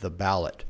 the ballot